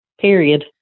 Period